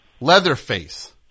Leatherface